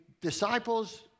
Disciples